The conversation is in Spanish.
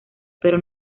pero